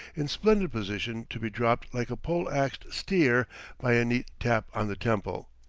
in splendid position to be dropped like a pole-axed steer by a neat tap on the temple.